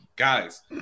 Guys